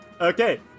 Okay